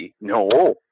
No